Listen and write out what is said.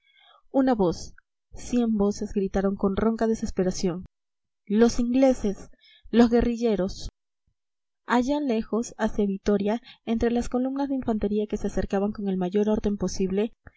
una voz cien voces gritaron con ronca desesperación los ingleses los guerrilleros allá lejos hacia vitoria entre las columnas de infantería que se acercaban con el mayor orden posible